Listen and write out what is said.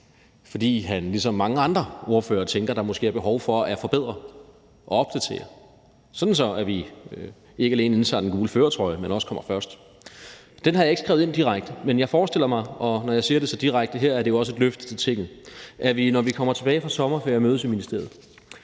fordi han ligesom mange andre ordførere tænker, at der måske er behov for at forbedre og opdatere lovgivningen, sådan at vi ikke alene indtager den gule førertrøje, men også kommer først. Den har jeg ikke skrevet ind direkte, men jeg forestiller mig – og når jeg siger det så direkte her, er det jo også et løfte til Tinget – at vi, når vi kommer tilbage fra sommerferien, mødes i ministeriet